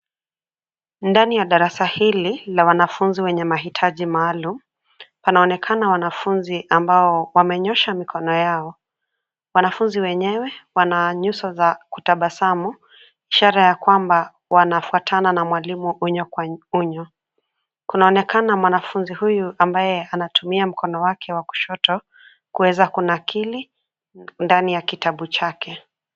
Ndani ya darasa hili la wanafunzi wenye mahitaji maalum, panaonekana wanafunzi ambao, wamenyoosha mikono yao. Wanafunzi wenyewe, wana nyuso za kutabasamu, ishara ya kwamba wanafuatana na mwalimu unyo kwa unyo. Kunaonekana mwanafunzi huyu ambaye, anatumia mkono wake wa kushoto, kuweza kunakili, ndani ya kitabu chake.